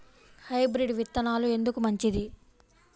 Hybrid విత్తనాలు ఎందుకు మంచిది?